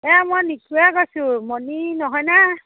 এ মই নিকুৱে কৈছোঁ মণি নহয়নে